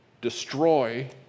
destroy